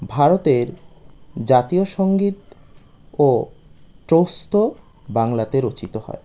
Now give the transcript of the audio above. ভারতের জাতীয় সঙ্গীতও চোস্ত বাংলাতে রচিত হয়